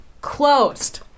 Closed